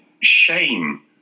shame